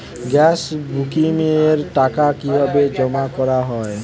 Gas বুকিংয়ের টাকা কিভাবে জমা করা হয়?